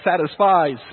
satisfies